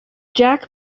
jack